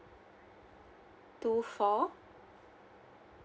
two four